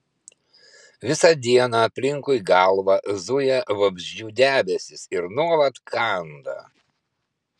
visą dieną aplinkui galvą zuja vabzdžių debesys ir nuolat kanda